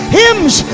hymns